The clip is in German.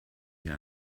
hier